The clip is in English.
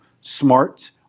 smart